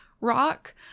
rock